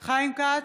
חיים כץ,